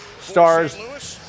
stars